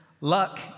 Luck